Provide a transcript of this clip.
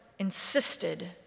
insisted